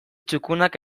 txukunak